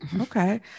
Okay